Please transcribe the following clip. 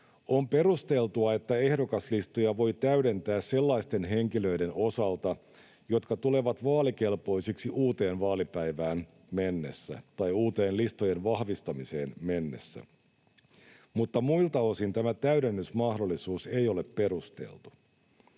On perusteltua, että ehdokaslistoja voi täydentää sellaisten henkilöiden osalta, jotka tulevat vaalikelpoisiksi uuteen vaalipäivään mennessä tai uuteen listojen vahvistamiseen mennessä, mutta muilta osin tämä täydennysmahdollisuus ei ole perusteltu.